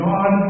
God